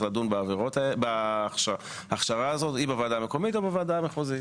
להידון בהכשרה הזאת היא בוועדה המקומית או בוועדה המחוזית?